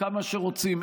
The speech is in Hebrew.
כמה שרוצים,